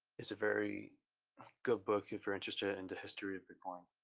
it's a very good book if you're interested in the history of bitcoin,